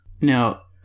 Now